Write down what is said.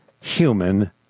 human